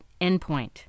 endpoint